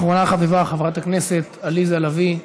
אחרונה חביבה, חברת הכנסת עליזה לביא.